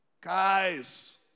Guys